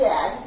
Dad